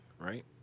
right